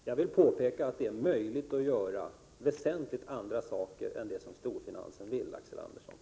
Herr talman! Jag vill påpeka att det är möjligt att göra väsentligt andra saker än det som storfinansen vill, Axel Andersson.